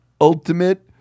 ultimate